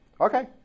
Okay